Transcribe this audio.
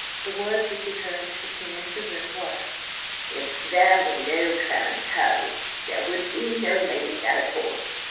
the words which he heard as he came into the room were if there were no clarence herveys, there would be no lady delacours.